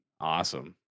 awesome